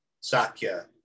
Sakya